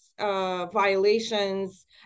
Violations